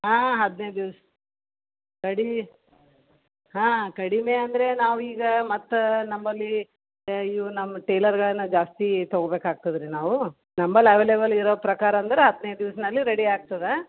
ಹಾಂ ಹದಿನೈದು ದಿವ್ಸ ಕಡಿಮೆ ಹಾಂ ಕಡಿಮೆ ಅಂದರೆ ನಾವೀಗ ಮತ್ತೆ ನಮ್ಮಲ್ಲಿ ಇವ್ರ್ ನಮ್ಮ ಟೇಲರ್ಗಳನ್ನು ಜಾಸ್ತಿ ತೊಗೊಬೇಕಾಗ್ತದೆ ರೀ ನಾವು ನಮ್ಮಲ್ಲಿ ಅವೆಲೇವಲ್ ಇರೋ ಪ್ರಕಾರ ಅಂದ್ರೆ ಹದಿನೈದು ದಿವ್ಸ್ದಲ್ಲಿ ರೆಡಿ ಆಗ್ತದೆ